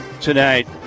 tonight